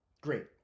Great